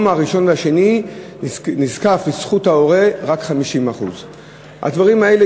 בימים הראשון והשני נזקפים לזכות ההורה רק 50%. הדברים האלה